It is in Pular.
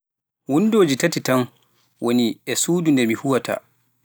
Tagaaaji noye ngonɗon e inaaje kuwooton?